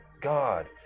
God